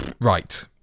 Right